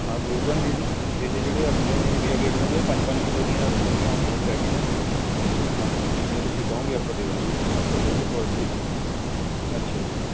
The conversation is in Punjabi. ਹਾਂ ਮਿਲ ਜਾਣਗੇ ਜੀ ਇਹ ਜਿਹੜੇ ਆਪਣੇ ਇੰਡੀਆ ਗੇਟ ਦੇ ਪੰਜ ਪੰਜ ਕਿਲੋ ਦੀਆਂ ਥੈਲੀਆਂ ਹੁੰਦੀਆਂ ਜੀ ਪੈਕਿੰਗ ਹਾਂਜੀ ਜਿੰਨੀਆਂ ਤੁਸੀਂ ਕਹੋਗੇ ਆਪਾਂ ਦੇ ਦਾਂਗੇ ਜੀ ਸਭ ਤੋਂ ਵਧੀਆ ਕੁਆਲਿਟੀ ਹੋਊਗੀ ਅੱਛਾ ਜੀ